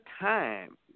time